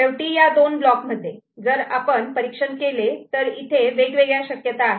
शेवटी या दोन ब्लॉकमध्ये जर आपण परीक्षण केले तर इथे वेगवेगळ्या शक्यता आहे